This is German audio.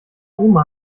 oma